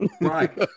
right